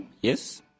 yes